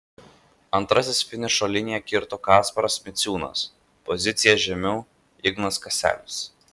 antrasis finišo liniją kirto kasparas miciūnas pozicija žemiau ignas kaselis